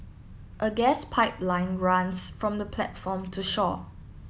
a gas pipeline runs from the platform to shore